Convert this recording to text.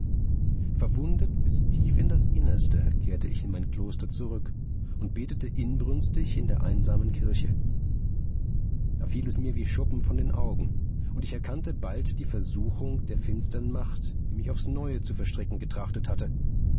verwundet bis tief in das innerste kehrte ich in mein kloster zurück und betete inbrünstig in der einsamen kirche da fiel es mir wie schuppen von den augen und ich erkannte bald die versuchung der finstern macht die mich aufs neue zu verstricken getrachtet hatte